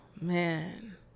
man